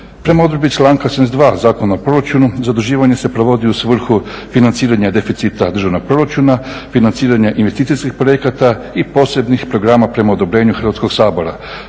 Prema odredbi članka 72. Zakona o proračunu zaduživanje se provodi u svrhu financiranja deficita državnog proračuna, financiranja investicijskih projekata i posebnih programa prema odobrenju Hrvatskog sabora,